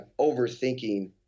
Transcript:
overthinking